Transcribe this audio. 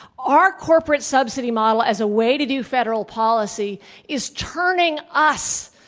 our corporate subsidy model as a way to do federal policy is turning us,